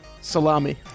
Salami